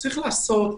צריך לעשות הוראה,